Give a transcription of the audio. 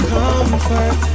comfort